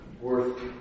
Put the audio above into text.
worth